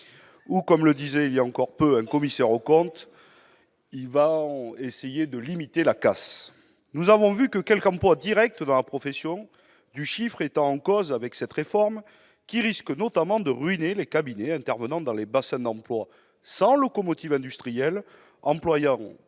Comme le disait voilà peu un commissaire aux comptes, on va essayer de « limiter la casse »! Nous l'avons vu, quelques emplois directs dans la profession du chiffre sont remis en cause avec cette réforme, qui risque, notamment, de ruiner les cabinets intervenant dans les bassins d'emploi privés de locomotive industrielle et employant